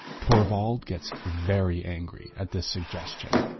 torvald gets very angry at this suggestion.